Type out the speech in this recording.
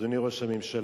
אדוני ראש הממשלה,